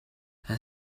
and